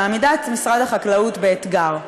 מעמיד את משרד החקלאות באתגר.